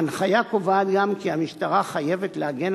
ההנחיה קובעת גם כי המשטרה חייבת להגן